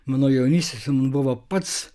mano jaunystės buvo pats